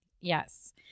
Yes